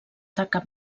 taca